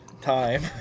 time